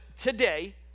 today